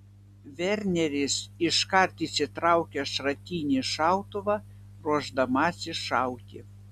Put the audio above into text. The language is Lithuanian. verneris iškart išsitraukia šratinį šautuvą ruošdamasis šauti